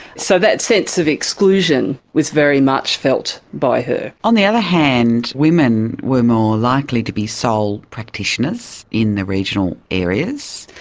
so that sense of exclusion was very much felt by her. her. on the other hand, women were more likely to be sole practitioners in the regional areas,